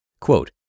Quote